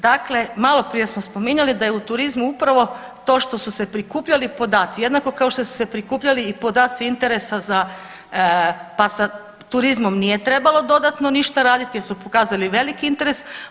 Dakle, malo prije smo spominjali da je u turizmu upravo to što su se prikupljali podaci, jednako kao što su se prikupljali i podaci interesa pa za turizam nije trebalo dodatno ništa raditi, jer su pokazali veliki interes.